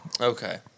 Okay